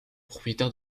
propriétaire